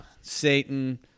Satan